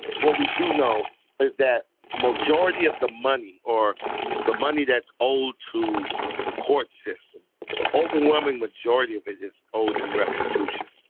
what we do know is that majority of the money or the money that's owed to the court system the overwhelming majority of it is owed in restitution.